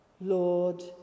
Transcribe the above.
Lord